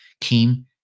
came